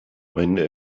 meine